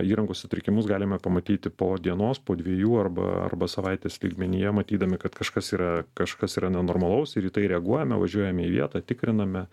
įrangos sutrikimus galime pamatyti po dienos po dviejų arba arba savaitės lygmenyje matydami kad kažkas yra kažkas yra nenormalaus ir į tai reaguojame važiuojame į vietą tikriname